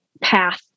path